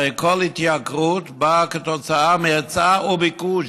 הרי כל התייקרות באה כתוצאה מהיצע וביקוש.